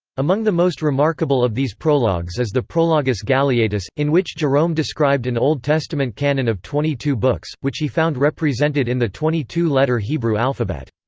among the most remarkable of these prologues is the prologus galeatus, in which jerome described an old testament canon of twenty two books, which he found represented in the twenty two letter hebrew alphabet.